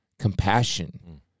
compassion